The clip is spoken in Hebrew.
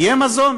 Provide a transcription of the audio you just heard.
יהיה מזון?